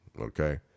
okay